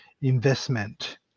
investment